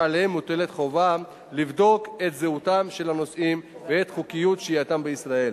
שעליהם מוטלת חובה לבדוק את זהותם של הנוסעים ואת חוקיות שהייתם בישראל.